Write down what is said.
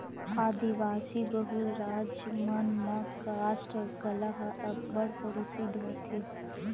आदिवासी बहुल राज मन म कास्ठ कला ह अब्बड़ परसिद्ध होथे